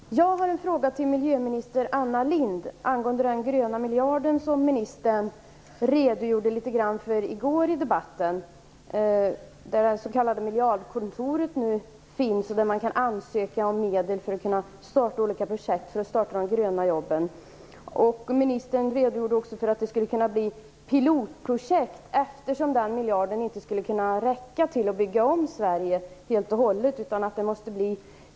Fru talman! Jag har en fråga till miljöminister Anna Lindh angående den gröna miljard som ministern redogjorde litet grand för i går här i kammaren. Man kan nu ansöka om medel från Miljardkontoret för att kunna starta olika projekt för att få i gång de gröna jobben. Ministern sade också att det skulle kunna bli fråga om pilotprojekt, eftersom den gröna miljarden inte skulle räcka till att bygga om Sverige helt och hållet.